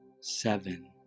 Seven